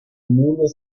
муна